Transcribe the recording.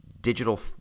digital